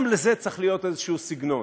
גם לזה צריך להיות איזשהו סגנון,